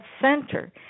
center